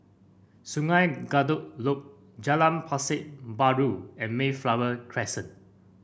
Sungei Kadut Loop Jalan Pasar Baru and Mayflower Crescent